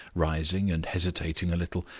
rising, and hesitating a little,